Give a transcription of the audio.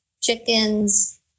chickens